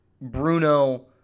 Bruno